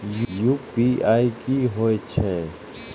UPI की होई छै?